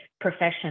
profession